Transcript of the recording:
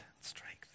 strength